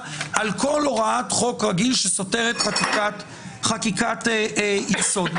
על כל הוראת חוק רגיל שסותרת חקיקת יסוד.